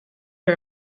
her